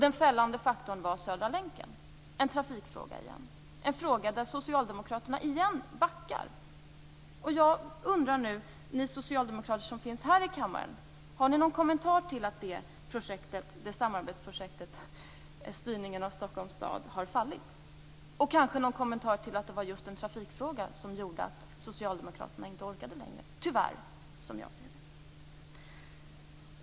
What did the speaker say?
Den fällande faktorn var Södra länken, en trafikfråga igen, en fråga där Socialdemokraterna på nytt backar. Jag undrar nu, ni socialdemokrater som finns här i kammaren, har ni någon kommentar till att det samarbetsprojektet, styrningen av Stockholms stad, har fallit och kanske någon kommentar till att det var just en trafikfråga som gjorde att socialdemokraterna, som jag ser det, tyvärr inte orkade längre.